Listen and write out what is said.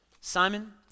Simon